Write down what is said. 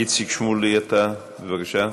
איציק שמולי, בבקשה.